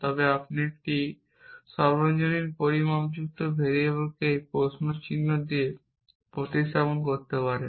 তবে আপনি একটি সর্বজনীন পরিমাপযুক্ত ভেরিয়েবলকে একটি প্রশ্ন চিহ্ন দিয়ে প্রতিস্থাপন করতে পারেন